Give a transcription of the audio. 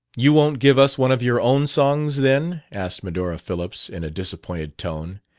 you won't give us one of your own songs, then? asked medora phillips, in a disappointed tone.